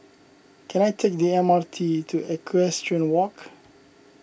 can I take the M R T to Equestrian Walk